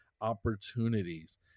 opportunities